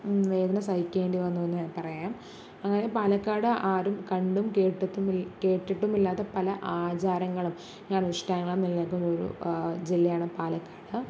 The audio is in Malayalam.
വേദന സഹിക്കേണ്ടി വന്നുയെന്ന് പറയാം അങ്ങനെ പാലക്കാട് ആരും കണ്ടും കേട്ടതും കേട്ടിട്ടുമില്ലാത്ത പല ആചാരങ്ങളും അനുഷ്ഠാനുങ്ങളും നിലനിൽക്കുന്നൊരു ജില്ലയാണ് പാലക്കാട്